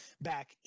back